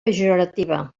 pejorativa